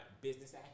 business